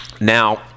Now